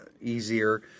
easier